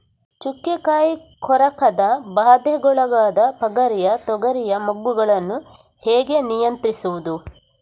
ಚುಕ್ಕೆ ಕಾಯಿ ಕೊರಕದ ಬಾಧೆಗೊಳಗಾದ ಪಗರಿಯ ತೊಗರಿಯ ಮೊಗ್ಗುಗಳನ್ನು ಹೇಗೆ ನಿಯಂತ್ರಿಸುವುದು?